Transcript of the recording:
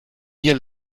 ihr